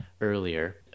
earlier